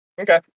Okay